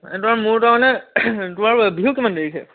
তোমাৰ মোৰ তাৰমানে তোমাৰ বিহু কিমান তাৰিখে